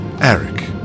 Eric